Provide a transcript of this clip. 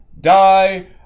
die